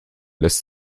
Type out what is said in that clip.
lässt